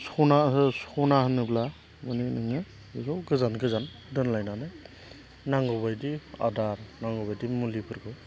सना सना होनोब्ला माने नोङो बेखौ गोजान गोजान दोनलायनानै नांगौ बायदि आदार नांगौ बायदि मुलिफोरखौ